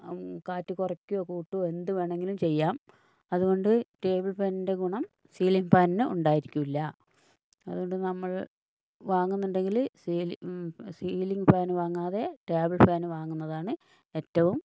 കാറ്റ് കുറയ്ക്കുകയോ കൂട്ടുകയോ എന്ത് വേണമെങ്കിലും ചെയ്യാം അതുകൊണ്ട് ടേബിൾ ഫാനിൻ്റെ ഗുണം സീലിംഗ് ഫാനിന് ഉണ്ടായിരിക്കയിരികൂല്ല അതുകൊണ്ട് നമ്മൾ വാങ്ങുന്നുണ്ടെങ്കില് സീലിംഗ് സീലിംഗ് ഫാന് വാങ്ങാതെ ടേബിൾ ഫാന് വാങ്ങുന്നതാണ് ഏറ്റവും